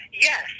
Yes